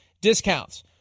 discounts